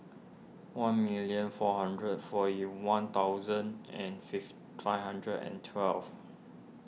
one million four hundred forty one thousand and fifth five hundred and twelve